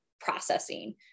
processing